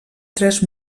tres